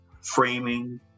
framing